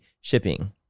shipping